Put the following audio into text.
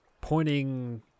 pointing